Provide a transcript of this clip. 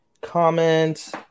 comment